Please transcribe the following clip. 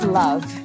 love